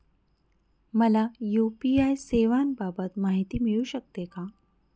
मला यू.पी.आय सेवांबाबत माहिती मिळू शकते का?